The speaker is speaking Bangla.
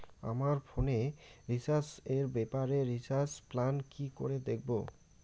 আমার ফোনে রিচার্জ এর ব্যাপারে রিচার্জ প্ল্যান কি করে দেখবো?